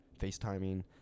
FaceTiming